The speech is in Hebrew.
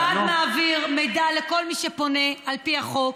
המשרד מעביר מידע לכל מי שפונה, על פי החוק.